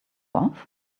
was